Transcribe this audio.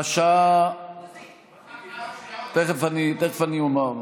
תכף אומר.